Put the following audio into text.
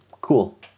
cool